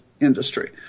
industry